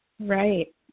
Right